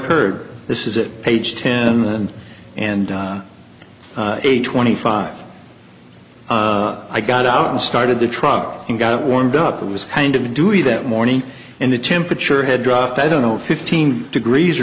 occurred this is it page ten and eight twenty five i got out and started the truck and got warmed up it was kind of dewy that morning and the temperature had dropped i don't know fifteen degrees